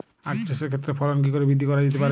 আক চাষের ক্ষেত্রে ফলন কি করে বৃদ্ধি করা যেতে পারে?